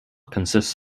consists